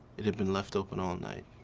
it had been left open all night.